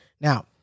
Now